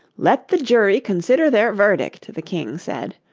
let the jury consider their verdict the king said,